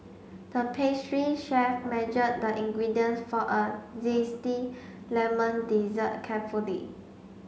the pastry chef measured the ingredients for a zesty lemon dessert carefully